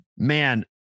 Man